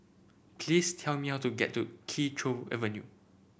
please tell me how to get to Kee Choe Avenue